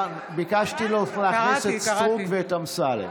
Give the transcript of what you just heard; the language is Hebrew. ביקשתי להכניס את חברת הכנסת סטרוק ואת אמסלם.